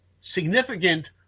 significant